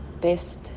best